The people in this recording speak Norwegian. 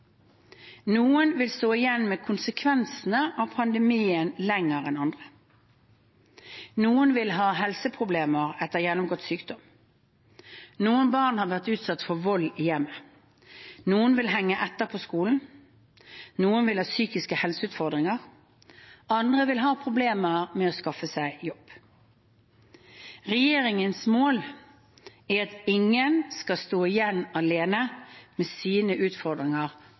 Noen vil stå igjen med konsekvensene av pandemien lenger enn andre. Noen vil ha helseproblemer etter gjennomgått sykdom. Noen barn har vært utsatt for vold i hjemmet. Noen vil henge etter på skolen. Noen vil ha psykiske helseutfordringer. Andre vil ha problemer med å skaffe seg jobb. Regjeringens mål er at ingen skal stå igjen alene med sine utfordringer